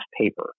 paper